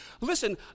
Listen